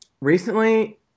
recently